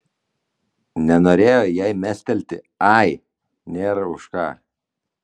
nenorėjo jai mestelėti ai nėra už ką